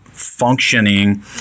functioning